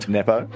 Nepo